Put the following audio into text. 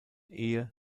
ehe